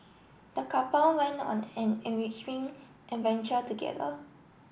the couple went on an enriching adventure together